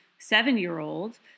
seven-year-old